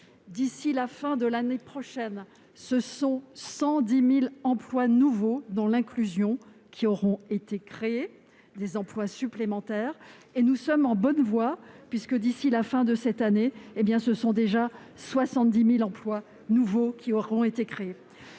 D'ici à la fin de l'année prochaine, ce sont 110 000 emplois nouveaux dans l'inclusion qui auront été créés- il s'agit donc d'emplois supplémentaires. Enfin, nous sommes en bonne voie, puisque, d'ici à la fin de cette année, ce sont déjà 70 000 emplois nouveaux qui auront été créés.